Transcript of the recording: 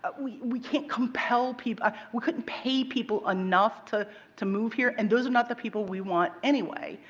but we we can't compel people. we couldn't pay people enough to to move here. and those are not the people that we want anyway.